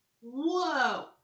Whoa